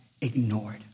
ignored